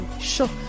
Sure